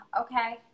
okay